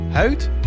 huid-